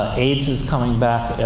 ah aids is coming back.